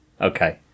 Okay